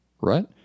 Right